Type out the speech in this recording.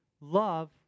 love